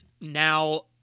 now